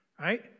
right